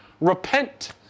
repent